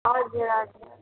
हजुर हजुर